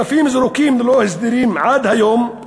אלפים זרוקים ללא הסדרים עד היום.